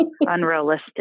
unrealistic